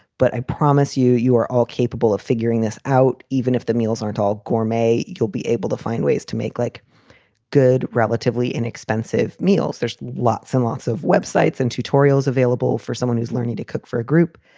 but i promise you, you are all capable of figuring this out. even if the meals aren't all gourmet, you'll be able to find ways to make like good, relatively inexpensive meals. there's lots and lots of web sites and tutorials available for someone who's learning to cook for a group.